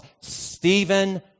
Stephen